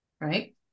Right